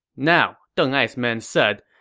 now, deng ai's men said,